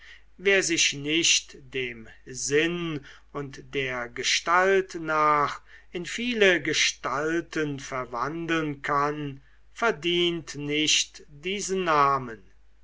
wer sich nicht dem sinn und der gestalt nach in viele gestalten verwandeln kann verdient nicht diesen namen